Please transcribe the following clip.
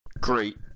great